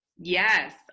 yes